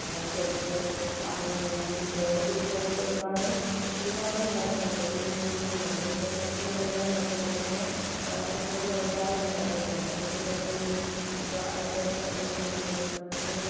chess പാമ്പും കോണിയും ludo ഇതുപോലെയുള്ള ഒരുപാട് ഒരുപാട് വിനോദങ്ങൾ ഉണ്ട് വീട്ടിൽ നിന്നും ചെയ്യാൻ പറ്റിയ ഇപ്പോൾ ഷട്ടിൽ പോലെയുള്ള കളികളിലൊക്കെ സ്ത്രീകൾ ഒരുപാട് ഇന്ന് ഏർപ്പെടുന്നുണ്ട് വൈകുന്നേരങ്ങളിൽ ഇപ്പോൾ അടുത്തടുത്ത അല്ലെങ്കിൽ ഒരു